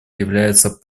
является